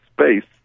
space